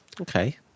Okay